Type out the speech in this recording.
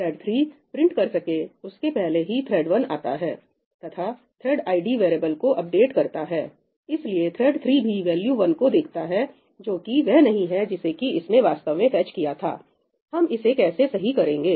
thread 3 print कर सके उसके पहले ही थ्रेड 1आता है तथा थ्रेड आईडी वेरिएबल id को अपडेट करता है इसलिए थ्रेड 3 भी वैल्यू 1 को देखता है जो कि वह नहीं है जिसे कि इसने वास्तव में फेच किया था हम इसे कैसे सही करेंगे